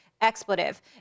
expletive